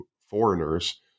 foreigners